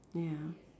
ya